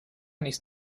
nicht